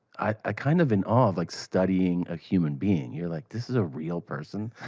ah, kind of in awe of like studying a human being. you're like, this is a real person?